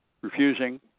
refusing